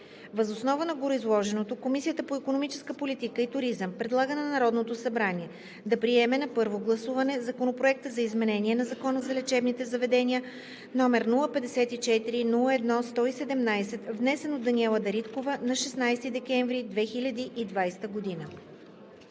Въз основа на гореизложеното Комисията по икономическа политика и туризъм предлага на Народното събрание да приеме на първо гласуване Законопроект за изменение на Закона за лечебните заведения, № 054-01-117, внесен от Даниела Дариткова на 16 декември 2020 г.“